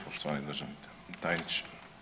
Poštovani državni tajniče.